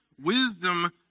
Wisdom